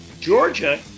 Georgia